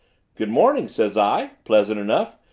good morning says i, pleasant enough,